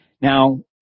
Now